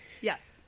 Yes